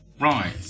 Right